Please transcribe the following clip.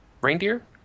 reindeer